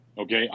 Okay